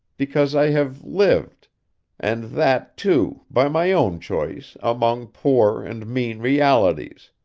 because i have lived and that, too, by my own choice among poor and mean realities.